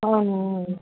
అవునా